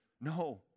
No